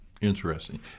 Interesting